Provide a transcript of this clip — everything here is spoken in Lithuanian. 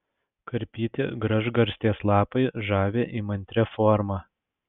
karpyti gražgarstės lapai žavi įmantria forma